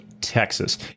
Texas